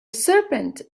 serpent